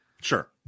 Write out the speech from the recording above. Sure